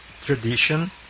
tradition